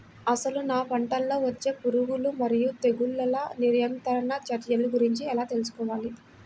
అసలు నా పంటలో వచ్చే పురుగులు మరియు తెగులుల నియంత్రణ చర్యల గురించి ఎలా తెలుసుకోవాలి?